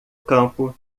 campo